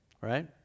Right